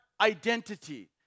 identity